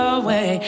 away